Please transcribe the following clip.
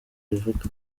rivuga